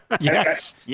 yes